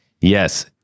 Yes